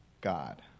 God